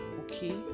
okay